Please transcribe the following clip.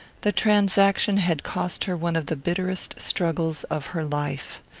the transaction had cost her one of the bitterest struggles of her life.